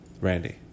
Randy